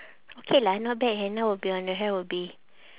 okay lah not bad henna will be on your hair will be